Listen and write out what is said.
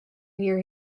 near